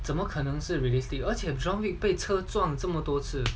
怎么可能是 realistic 而且 john wick 被车撞了这么多次